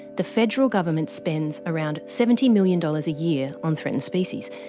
the federal government spends around seventy million dollars a year on threatened species.